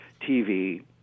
TV